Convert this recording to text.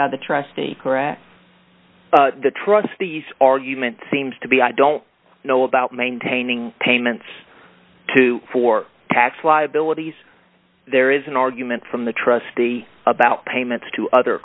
by the trustee correct the trust the argument seems to be i don't know about maintaining payments to for tax liabilities there is an argument from the trustee about payments to other